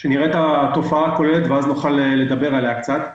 כדי לראות את התופעה הכוללת ואז נוכל לדבר עליה קצת.